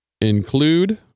Include